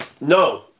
No